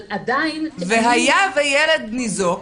והיה וילד ניזוק,